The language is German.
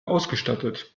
ausgestattet